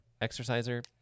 exerciser